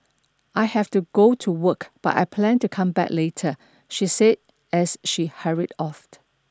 I have to go to work but I plan to come back later she said as she hurried off